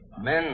Men